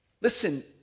Listen